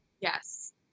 Yes